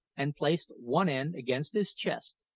and placed one end against his chest,